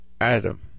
Adam